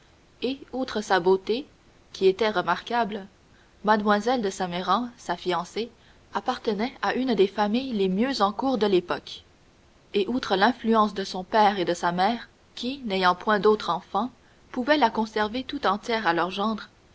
et outre sa beauté qui était remarquable mlle de saint méran sa fiancée appartenait à une des familles les mieux en cour de l'époque et outre l'influence de son père et de sa mère qui n'ayant point d'autre enfant pouvaient la conserver tout entière à leur gendre